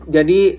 Jadi